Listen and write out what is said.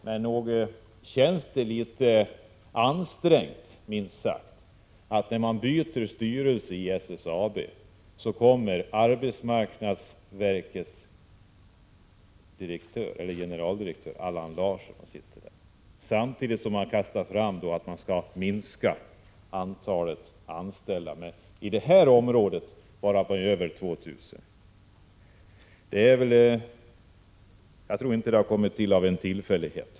Nog verkar det litet ansträngt, minst sagt, att arbetsmarknadsverkets generaldirektör Allan Larsson sitter med när styrelsen i SSAB byts ut och när man samtidigt kastar fram förslaget att antalet anställda bara inom detta område skall minska med över 2 000. Jag tror inte att detta skett av en tillfällighet.